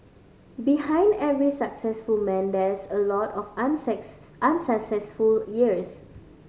behind every successful man there's a lot of unsuccess unsuccessful years